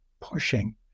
pushing